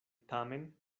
tamen